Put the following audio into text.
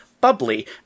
bubbly